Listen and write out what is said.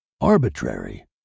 Arbitrary